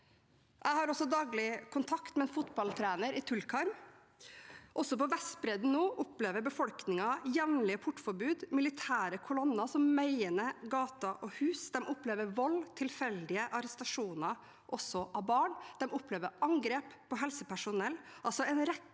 Jeg har daglig kontakt med en fotballtrener i Tulkarm. Også på Vestbredden opplever befolkningen nå jevnlig portforbud og militære kolonner som meier ned hus og gater. De opplever vold og tilfeldige arrestasjoner, også av barn. De opplever angrep på helsepersonell. Det er altså